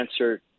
answer